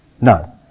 No